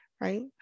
Right